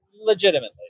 legitimately